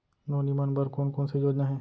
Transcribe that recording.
नोनी मन बर कोन कोन स योजना हे?